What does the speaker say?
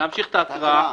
להמשיך את ההקראה.